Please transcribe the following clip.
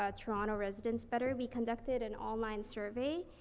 ah toronto residents better, we conducted an online survey,